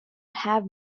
have